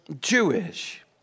Jewish